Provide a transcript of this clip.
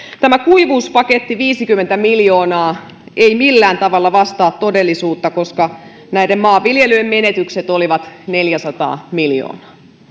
tämä kuivuuspaketti viisikymmentä miljoonaa ei millään tavalla vastaa todellisuutta koska näiden maanviljelijöiden menetykset olivat neljäsataa miljoonaa